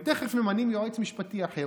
הם תכף ממנים יועץ משפטי אחר,